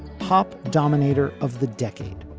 pop dominator of the decade.